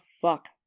Fuck